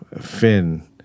Finn